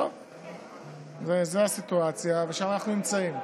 זו הסיטואציה, ושם אנחנו נמצאים.